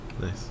nice